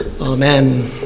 Amen